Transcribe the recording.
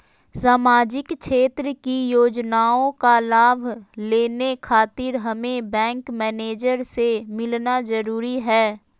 सामाजिक क्षेत्र की योजनाओं का लाभ लेने खातिर हमें बैंक मैनेजर से मिलना जरूरी है?